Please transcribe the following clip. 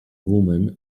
woman